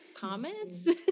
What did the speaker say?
comments